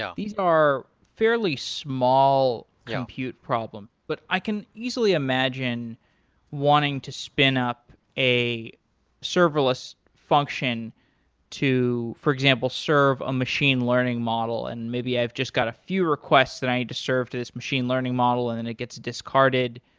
yeah these are fairly small compute problem. but i can easily imagine wanting to spin up a serverless function to, for example, serve a machine learning model, and maybe i've just got a few requests that i need to serve to this this machine learning model and and it gets discarded.